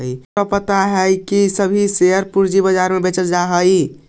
का तोहरा पता हवअ की सभी शेयर पूंजी बाजार में बेचल जा हई